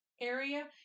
area